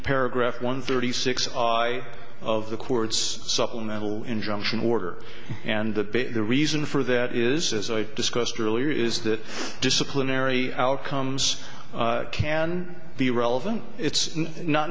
paragraph one thirty six eye of the courts supplemental injunction order and the reason for that is as i discussed earlier is that disciplinary outcomes can be relevant it's not